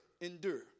endure